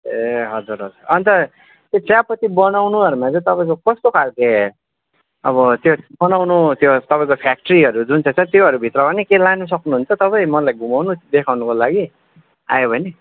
ए हजुर हजुर अनि त त्यो चियापत्ती बनाउनुहरूमा चाहिँ तपाईँको कस्तोखालके अब त्यस बनाउनु त्यो तपाईँको फ्याक्ट्रीहरू जुन चाहिँ छ त्योहरूभित्र पनि के लानु सक्नुहुन्छ तपाईँ मलाई घुमाउनु देखाउनुको लागि आयो भने